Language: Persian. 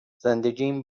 زندگیم